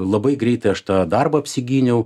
labai greitai aš tą darbą apsigyniau